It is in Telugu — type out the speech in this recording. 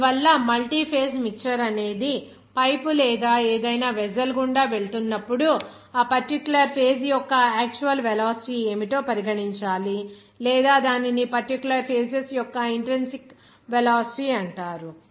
అందువల్ల మల్టీఫేస్ మిక్చర్ అనేది పైపు లేదా ఏదైనా వెస్సెల్ గుండా వెళుతున్నప్పుడు ఆ పర్టిక్యులర్ ఫేజ్ యొక్క యాక్చువల్ వెలాసిటీ ఏమిటో పరిగణించాలి లేదా దానిని పర్టిక్యులర్ ఫేజెస్ యొక్క ఇంట్రిన్సిక్ వెలాసిటీ అంటారు